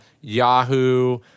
Yahoo